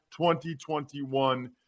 2021